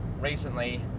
recently